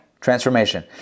Transformation